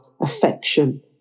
affection